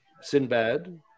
Sinbad